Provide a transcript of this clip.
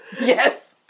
yes